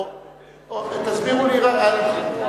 תסבירו לי, נכון.